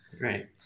Right